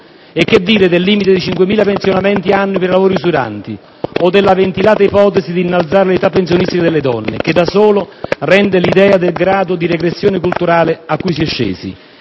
È che dire del limite di 5.000 pensionamenti annui per lavori usuranti? O della ventilata ipotesi di innalzare l'età pensionistica delle donne, che da sola rende l'idea del grado di regressione culturale a cui si è scesi?